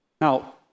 Now